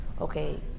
Okay